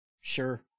Sure